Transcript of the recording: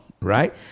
right